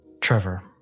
Trevor